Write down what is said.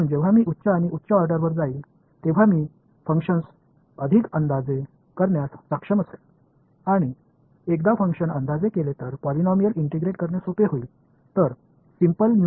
எனவே நான் உயர் மற்றும் உயர் வரிசையில் செல்லும்போது ஃபங்ஷன் சிறப்பாக தோராயமாக மதிப்பிட முடியும் ஒரு ஃபங்ஷனை நான் தோராயமாக மதிப்பிட்டால் பாலினாமியல் ஒருங்கிணைப்பது எளிதானது